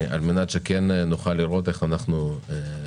על מנת שנוכל לראות איך אנחנו מתקדמים.